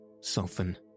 soften